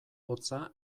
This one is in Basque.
hotza